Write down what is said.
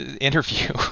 interview